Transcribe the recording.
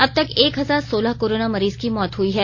अब तक एक हजार सोलह कोरोना मरीज की मौतें हुई हैं